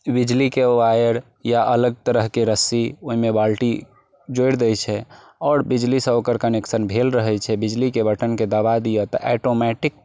बिजलीके वायर या अलग तरहके रस्सी ओहिमे बाल्टी जोड़ि दै छै आओर बिजलीसँ ओकर कनेक्शन भेल रहैत छै बिजलीके बटनके दबा दिअ तऽ एटोमैटिक